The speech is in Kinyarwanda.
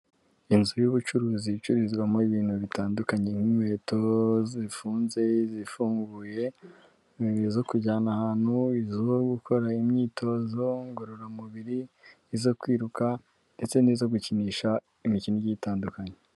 Inzu y'ubucuruzi icururizwamo ibintu bitandukanye nk'inkweto zifunze, izifunguye, izo kujyana ahantu, izo gukorana imyitozo ngororamubiri, izo kwiruka ndetse n'izo gukinisha imikino igiye itandukanye.